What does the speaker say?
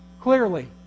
clearly